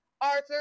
Arthur